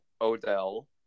Odell